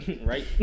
right